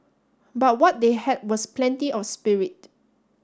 but what they had was plenty of spirit